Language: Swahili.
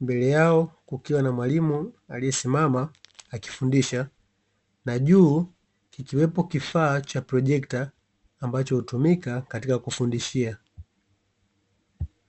Mbele yao kukiwa na mwalimu aliyesimama akifundisha. Na juu kikiwepo kifaa cha projekta ambacho hutumika katika kufundishia.